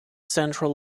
central